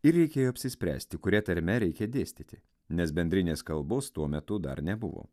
ir reikėjo apsispręsti kuria tarme reikia dėstyti nes bendrinės kalbos tuo metu dar nebuvo